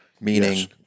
meaning